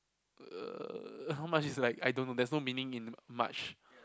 uh how much is like I don't know there is no meaning in March